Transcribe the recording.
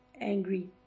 Angry